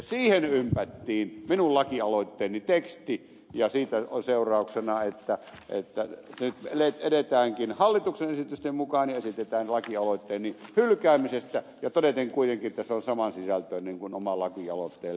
siihen ympättiin minun lakialoitteeni teksti ja siitä on seurauksena että nyt edetäänkin hallituksen esitysten mukaan ja esitetään lakialoitteeni hylkäämisestä ja todeten kuitenkin että se on samansisältöinen kuin oma lakialoitteeni